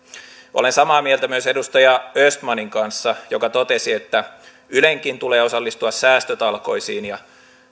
olen samaa mieltä myös edustaja östmanin kanssa joka totesi että ylenkin tulee osallistua säästötalkoisiin ja